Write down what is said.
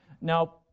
Now